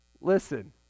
Listen